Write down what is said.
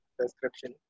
description